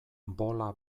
bola